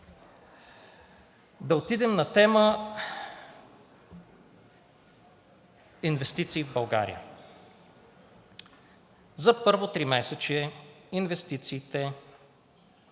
Да отидем на тема инвестиции в България. За първото тримесечие инвестициите